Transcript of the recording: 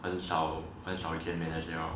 很少很少见面那些 lor